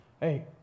hey